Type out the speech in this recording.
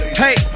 hey